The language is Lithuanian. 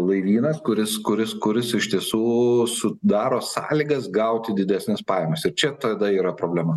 laivynas kuris kuris kuris iš tiesų sudaro sąlygas gauti didesnes pajamas ir čia tada yra problema